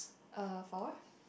uh for